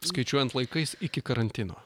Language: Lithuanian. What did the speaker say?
skaičiuojant laikais iki karantino